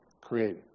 created